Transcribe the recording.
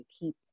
keep